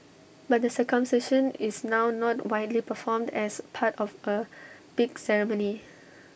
but the circumcision is now not widely performed as part of A big ceremony